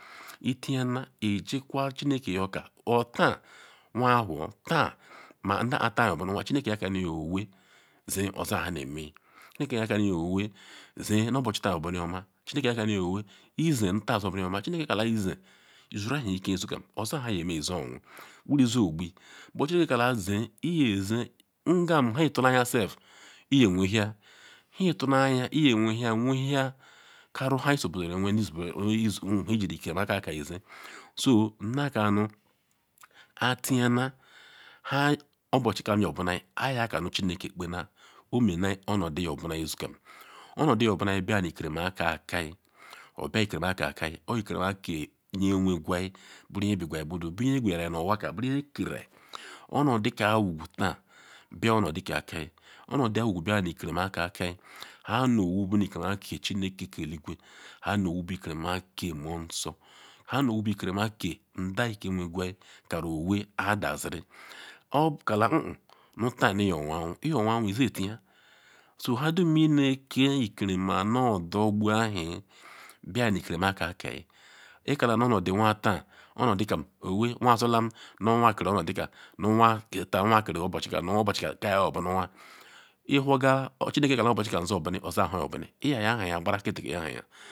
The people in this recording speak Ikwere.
Itana ijikwa chineke oka taa ma whor taan ma nda kpo taa nyobuna anwa chineke yakani owee zie oza nha nemeyi chineke yakani owee zie nu obuchi taa yobunioma chineke kale izin isuewhi iken suga ozanhe yeme izo owu wuri zoqbuyi but chineke kala zie iye zi ngam ihe itulana-anyasect iyewehiaya ihetu-anya iyewehia wehia kanu nha isoqwuriwen nu ihe ijiri ikerimu akakeyi zi so nakanu atiana nha obuchi kem nyobuna aya kanu chineke kpena omena kpo onodi yobuna isiken, kpo onodi yediyi bula ma ikerima ahakeyi obula ikerima akakeyi obu ikerimu aka ka nye wegwayi buru nye bigwa budu buruye eqwieyari nu onwaka buru nye keriayi onodike owogu taan bia onodike akayi onodi awogu bia onodi ikerima akayi nha anowo bu ikerima ke aka ke chineke ke eluwa nha anowo bu ikerima aka ka nmonso nha anowo bu ikerima aka ke nda ke wenqwa ntaru owee adaziri okala hen-hen taan niyowu iyo-owuowu izi etiaya so nha dum ine ike ikerima maodugbu ewhi bia nu ikerima akakeyi ikala nu onodi nwa taan onodikam owee nwazolam nu nwa keru onodi kam nu nwa keru obuchika nu obuchi ka yoburu anwo iwhorga chineke kala nu obuchi kam nu oza nhe oyobuni oza nhe oyobani iyayahayi gbara nkiti yahaya.